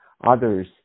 others